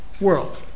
world